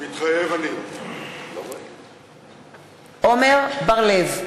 מתחייב אני עמר בר-לב,